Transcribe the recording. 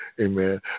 Amen